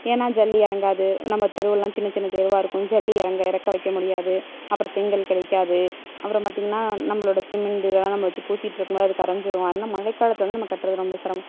ஏன்னால் ஜல்லி இறங்காது நம்ம தெருவெல்லாம் சின்ன சின்ன தெருவாக இருக்கும் ஜல்லி இறங்க இறக்க வைக்க முடியாது அப்புறம் செங்கல் கிடைக்காது அப்புறம் பார்த்திங்கனா நம்மளோட சிமிண்டு இதெல்லாம் நம்ம வச்சு பூசிகிட்ருக்கும்போது அது கரைஞ்சிரும் அதனால மழை காலத்தில் வந்து நம்ம கட்டுவது ரொம்ப சிரமம்